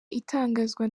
itangazwa